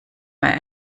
mehr